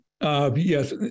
Yes